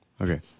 Okay